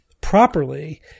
properly